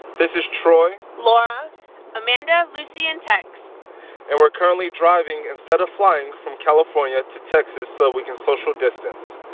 this is troy laura amanda, lucy and tex and we're currently driving instead of flying from california to texas so that we can social distance.